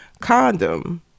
condom